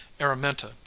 araminta